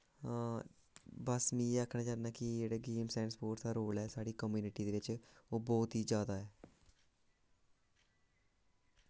बस मिं इ'यै आखना चाह्न्ना कि जेह्ड़े गेम्स एंड स्पोर्ट्स दा रोल ऐ साढ़ी कम्युनिटी दे बिच्च ओह् बोह्त ही जैदा ऐ